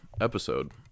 episode